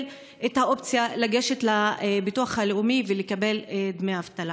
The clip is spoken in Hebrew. את האופציה לגשת לביטוח הלאומי ולקבל דמי אבטלה.